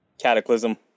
Cataclysm